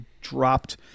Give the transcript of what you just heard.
dropped